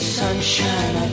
sunshine